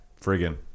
Friggin